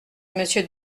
monsieur